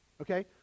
Okay